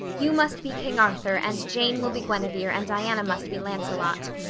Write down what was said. you must be king arthur and jane will be guinevere and diana must be lancelot.